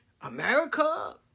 America